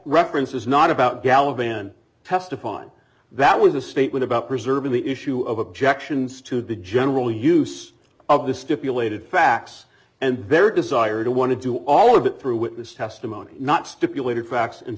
reference is not about gala band test upon that was a statement about preserving the issue of objections to the general use of the stipulated facts and their desire to want to do all of that through witness testimony not stipulated facts